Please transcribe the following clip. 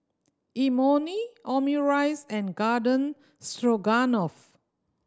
Imoni Omurice and Garden Stroganoff